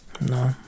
No